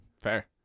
Fair